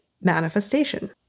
manifestation